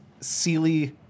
sealy